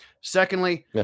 Secondly